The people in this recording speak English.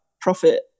profit